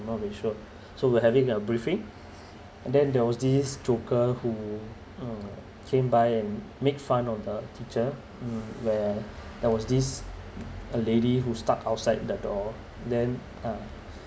not really sure so we're having a briefing then there was this joker who uh came by and make fun of the teacher where there was this a lady who stuck outside the door then uh